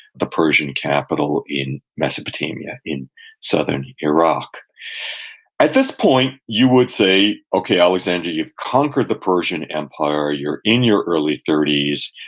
the persian capital in mesopotamia, in southern iraq at this point, you would say, okay, alexander, you've conquered the persian empire, you're in your early thirty s,